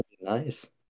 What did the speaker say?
nice